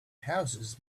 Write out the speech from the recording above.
houses